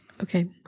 Okay